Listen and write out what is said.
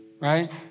right